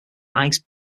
ice